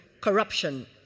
corruption